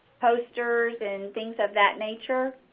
posters and things of that nature.